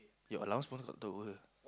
your allowance what got two hour